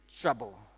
trouble